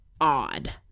odd